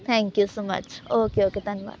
thank you so much okay okay ਧੰਨਵਾਦ